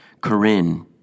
Corinne